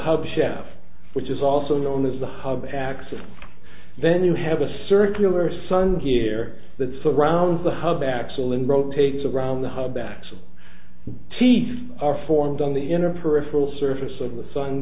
hub shaft which is also known as the hub axis then you have a circular sun here that surrounds the hub axle and rotates around the hub axis teeth are formed on the inner peripheral surface of the sun